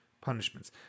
punishments